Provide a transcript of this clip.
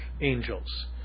angels